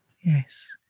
Yes